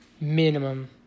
minimum